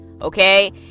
Okay